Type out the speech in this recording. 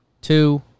two